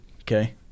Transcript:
Okay